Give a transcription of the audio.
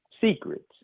secrets